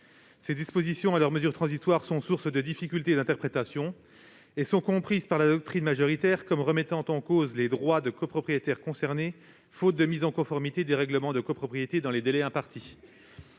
Ces dispositions, censées être des mesures transitoires, sont sources de difficultés d'interprétation et sont comprises par la doctrine majoritaire comme remettant en cause les droits des copropriétaires concernés, faute de mise en conformité des règlements de copropriété dans les délais impartis.